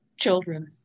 children